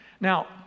Now